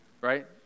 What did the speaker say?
right